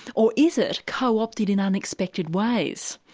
or is it co-opted in unexpected ways?